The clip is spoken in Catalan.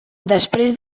després